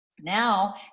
now